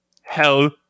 Hell